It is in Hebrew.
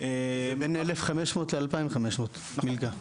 --- זה בין 1500 ל-2500 מלגה,